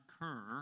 occur